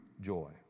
joy